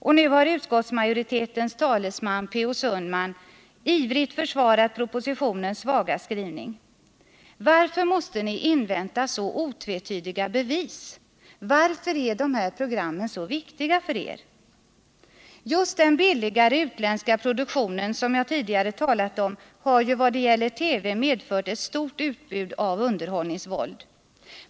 Och nu har utskottsmajoritetens talesman, Per Olof Sundman, ivrigt försvarat propositionens svaga skrivning. Varför måste ni invänta så otvetydiga bevis? Varför är de här programmen så viktiga för er? Just den billigare, utländska produktionen har i TV medfört ett stort utbud av underhållningsvåld.